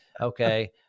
Okay